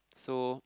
so